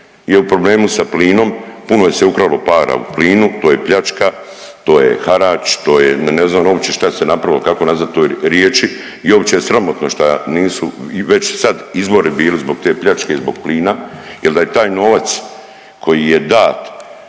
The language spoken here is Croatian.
je u problemu sa plinom, puno je se ukralo para u plinu, to je pljačka, to je harač, to je, ne znam uopće šta se napravilo, kako nazvati to riječi i uopće je sramotno šta nisu i već sad izbori bili te pljačke i zbog plina jer da je taj novac koji je dat